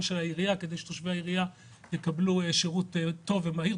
של העירייה כדי שתושבי הרשות יקבלו שירות טוב ומהיר.